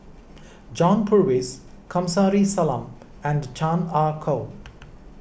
John Purvis Kamsari Salam and Chan Ah Kow